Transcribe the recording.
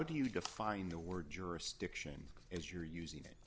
do you define the word jurisdiction as you're using it